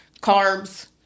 carbs